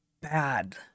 bad